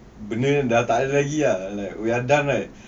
benda yang tak ada lagi ah like we are done right